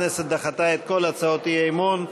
הכנסת דחתה את כל הצעות האי-אמון.